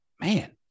man